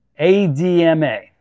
ADMA